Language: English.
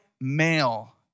male